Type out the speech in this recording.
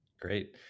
Great